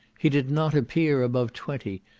he did not appear above twenty,